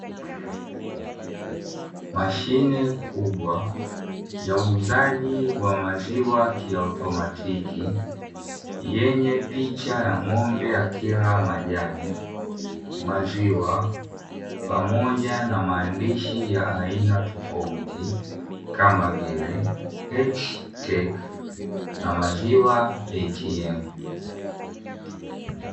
Mashine kubwa ya uuzaji wa maziwa kiautomatiki, yenye picha ya ng'ombe akila majani, maziwa pamoja na maandishi ya aina tofauti kama vile; "HTech" na "Maziwa ATM".